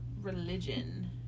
religion